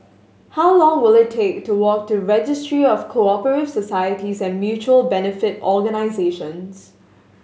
how long will it take to walk to Registry of Co Operative Societies and Mutual Benefit Organisations